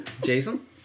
Jason